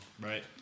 Right